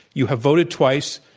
you have voted twice.